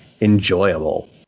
enjoyable